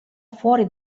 fuori